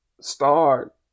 start